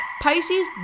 Pisces